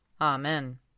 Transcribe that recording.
Amen